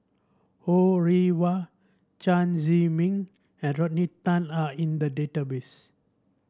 Ho Rih Hwa Chen Zhiming and Rodney Tan are in the database